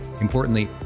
Importantly